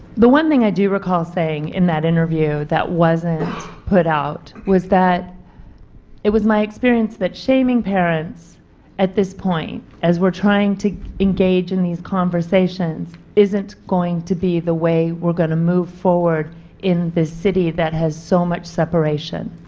the one thing i do recall saying in the interview that wasn't put out was that it was my experience that chaining parents at this point, as we are trying to engage in these conversations is not going to be the way we are going to move forward in the city that has so much separation.